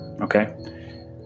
okay